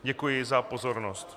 Děkuji za pozornost.